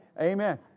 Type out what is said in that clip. amen